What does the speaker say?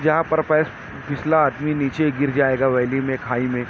جہاں پر پیر پھسلا آدمی نیچے گر جائے گا ویلی میں کھائی میں